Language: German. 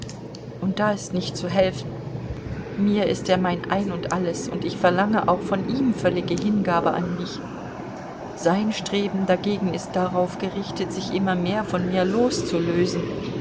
und da ist nicht zu helfen mir ist er mein ein und alles und ich verlange auch von ihm völlige hingabe an mich sein streben dagegen ist darauf gerichtet sich immer mehr von mir loszulösen